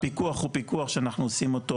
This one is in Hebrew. הפיקוח הוא פיקוח שאנחנו עושים אותו,